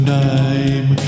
name